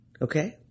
Okay